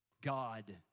God